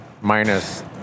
minus